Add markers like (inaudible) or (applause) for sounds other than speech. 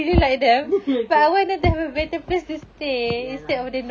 (laughs) okay ya lah